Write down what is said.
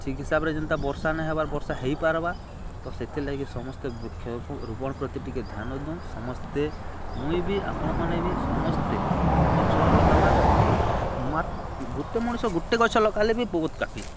ଠିକ୍ ହିସାବରେ ଯେନ୍ତା ବର୍ଷା ନାଇଁ ହେବାର ବର୍ଷା ହେଇପାରବା ତ ସେଥିଲାଗି ସମସ୍ତେ ବୃକ୍ଷ ରୋପଣ ପ୍ରତି ଟିକେ ଧ୍ୟାନ ଦଉନ୍ ସମସ୍ତେ ମୁଇଁ ବି ଆପଣମାନେ ବି ସମସ୍ତେ ଗଛ ଲଗାମ ଗୋଟେ ମଣିଷ ଗୋଟେ ଗଛ ଲଗାଇଲେ ବି ବହୁତ କାଟି